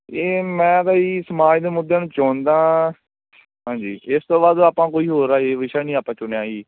ਇਹ ਮੈਂ ਤਾਂ ਜੀ ਸਮਾਜ ਦੇ ਮੁੱਦਿਆਂ ਨੂੰ ਚੁਣਦਾ ਹਾਂਜੀ ਇਸ ਤੋਂ ਬਾਅਦ ਆਪਾਂ ਕੋਈ ਹੋਰ ਅਜੇ ਵਿਸ਼ਾ ਨਹੀਂ ਆਪਾਂ ਚੁਣਿਆ ਜੀ